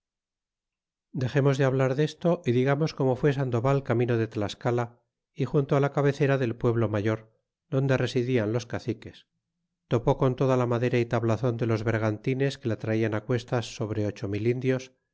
dexemos de hablar desto y ligamos como fue sandoval camino de tlascala y junto la cabecera del pueblo mayor donde residian los caciques topó con toda la madera y tablazon de los vergantines que la traían á cuestas sobre ocho mil indios